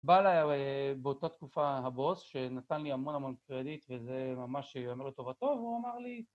בא לה באותה תקופה הבוס שנתן לי המון המון קרדיט וזה ממש ייאמר לטובתו והוא אמר לי